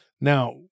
Now